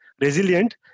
resilient